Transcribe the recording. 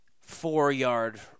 four-yard